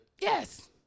Yes